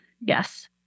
yes